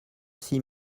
six